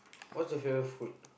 what's your favourite food